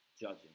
judging